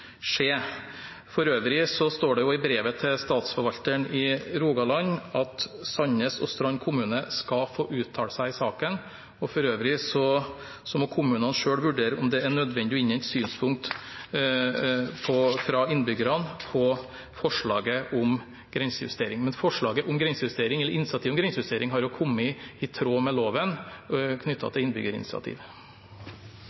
For øvrig står det også brevet til Statsforvalteren i Rogaland at Sandnes kommune og Strand kommune skal få uttale seg i saken. For øvrig må kommunene selv vurdere om det er nødvendig å innhente synspunkter fra innbyggerne på forslaget om grensejustering. Men initiativet om grensejustering har jo kommet i tråd med loven